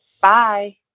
Bye